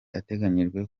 ateganyijwe